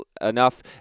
enough